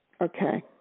Okay